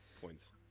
Points